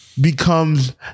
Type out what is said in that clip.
becomes